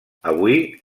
avui